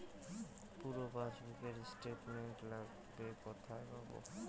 পুরো পাসবুকের স্টেটমেন্ট লাগবে কোথায় পাব?